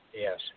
yes